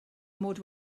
mod